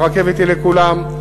הרכבת היא לכולם,